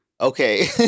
Okay